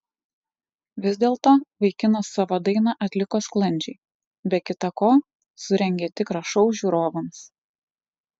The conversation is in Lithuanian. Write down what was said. vis dėlto vaikinas savo dainą atliko sklandžiai be kita ko surengė tikrą šou žiūrovams